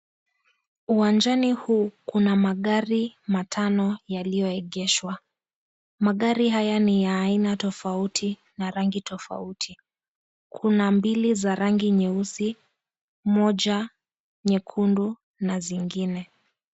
Uwanjani huu, kuna magari matano yaliyoegeshwa. Magari ya aina tofauti, na rangi tofauti. Kuna mbili za rangi nyeusi, moja nyekundu na zingine.